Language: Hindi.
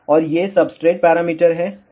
और ये सब्सट्रेट पैरामीटर हैं